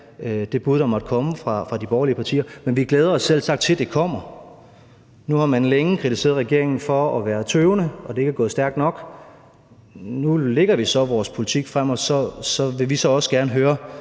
det bud, der måtte komme fra de borgerlige partier. Men vi glæder os selvsagt til, at det kommer. Nu har man længe kritiseret regeringen for at være tøvende, og at det ikke er gået stærkt nok. Nu lægger vi så vores politik frem, og så vil vi også gerne høre,